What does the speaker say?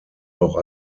auch